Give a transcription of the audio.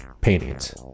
paintings